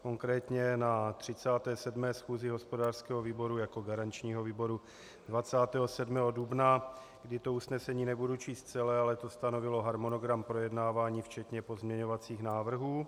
Konkrétně na 37. schůzi hospodářského výboru jako garančního výboru 27. dubna, kdy to usnesení nebudu číst celé, ale to stanovilo harmonogram projednávání včetně pozměňovacích návrhů.